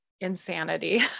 insanity